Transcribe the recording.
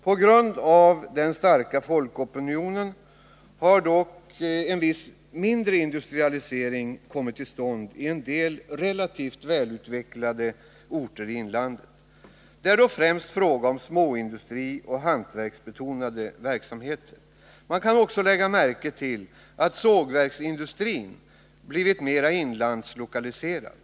På grund av den starka folkopinionen har dock en viss industrialisering kommit till stånd i vissa relativt välutvecklade orter i inlandet. Det är då främst fråga om småindustri och hantverksbetonade verksamheter. Man kan också lägga märke till att sågverksindustrin har blivit inlandslokaliserad.